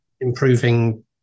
improving